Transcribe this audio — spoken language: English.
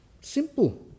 simple